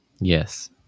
Yes